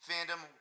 fandom